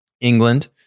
England